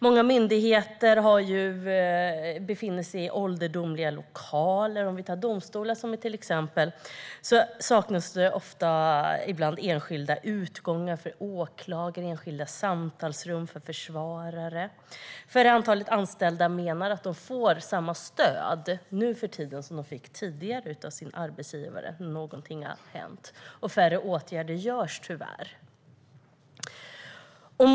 Många myndigheter befinner sig i ålderdomliga lokaler. I till exempel domstolar saknas det ibland enskilda utgångar för åklagare och enskilda samtalsrum för försvarare. Antalet anställda som menar att de nu för tiden får samma stöd som tidigare av sin arbetsgivare när något händer har minskat, och tyvärr vidtas färre åtgärder.